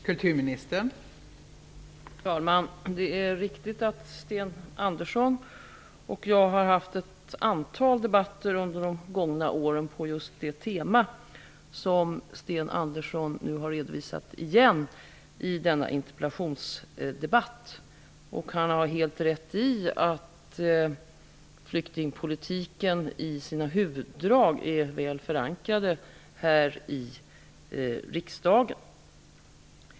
Fru talman! Det är riktigt att Sten Andersson i Malmö och jag har fört ett antal debatter under de gångna åren på just det tema som Sten Andersson nu har tagit upp igen i denna interpellationsdebatt. Han har helt rätt i att flyktingpolitiken i sina huvuddrag är väl förankrad här i riksdagen.